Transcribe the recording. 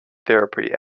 therapy